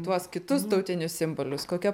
tuos kitus tautinius simbolius kokia